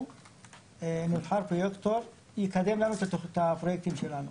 לבחור פרויקטור שיקדם לנו את הפרויקטים שלנו.